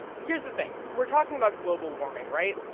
here's the thing. we're talking about global warming, right?